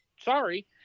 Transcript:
Sorry